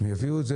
והם יביאו את זה